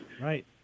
Right